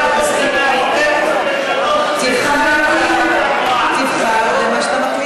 זה יותר חמור מכיוון, תודה רבה לחברת